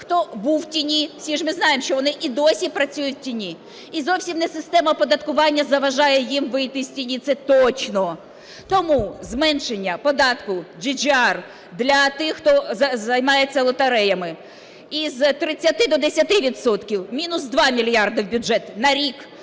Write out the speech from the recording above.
Хто був в тіні, всі ж ми знаємо, що вони і досі працюють в тіні. І зовсім не система оподаткування заважає їм вийти з тіні, це точно. Тому зменшення податку GGR для тих, хто займається лотереями, із 30 до 10 відсотків – мінус 2 мільярди в бюджет на рік.